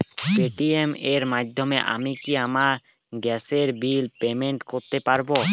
Paytm এর মাধ্যমে আমি কি আমার গ্যাসের বিল পেমেন্ট করতে পারব?